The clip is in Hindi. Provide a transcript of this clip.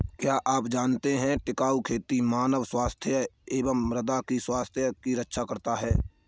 क्या आप जानते है टिकाऊ खेती मानव स्वास्थ्य एवं मृदा की स्वास्थ्य की रक्षा करता हैं?